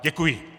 Děkuji.